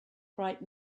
bright